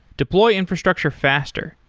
deploy infrastructure faster.